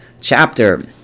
chapter